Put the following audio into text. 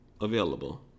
available